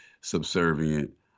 subservient